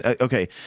Okay